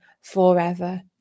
forever